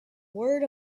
word